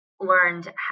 learned